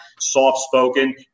soft-spoken